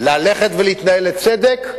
ללכת ולהתנהל בצדק,